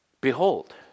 behold